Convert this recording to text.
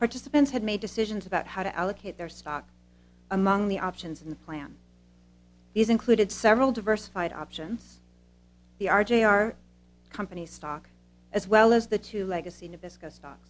participants had made decisions about how to allocate their stock among the options in the plan these included several diversified options the r j our company's stock as well as the two legacy nabisco stock